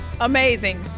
Amazing